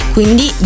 Quindi